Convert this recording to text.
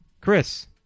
chris